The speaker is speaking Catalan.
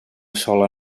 sola